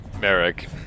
Merrick